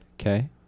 Okay